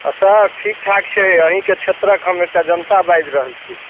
आ सर ठीक ठाक छै अहीँके क्षेत्रक हम एकटा जनता बाजि रहल छी